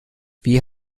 wie